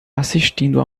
assistindo